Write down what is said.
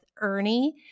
Ernie